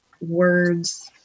words